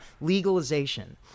legalization